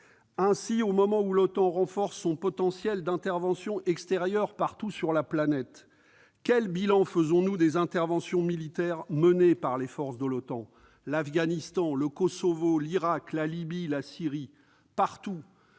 Ainsi, au moment où l'OTAN renforce son potentiel d'intervention extérieure partout sur la planète, quel bilan faisons-nous des interventions militaires menées par ses forces, en Afghanistan, au Kosovo, en Irak, en Libye, en Syrie ? Partout,